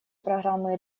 программы